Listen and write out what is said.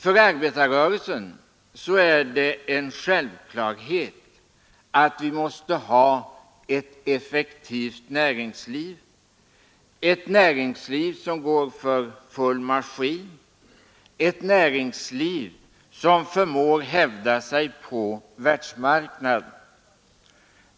För arbetarrörelsen är det en självklarhet att vi måste ha ett effektivt näringsliv, ett näringsliv som går för full maskin, ett näringsliv som förmår hävda sig på världsmarknaden.